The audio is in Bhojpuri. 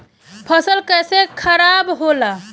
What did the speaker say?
फसल कैसे खाराब होला?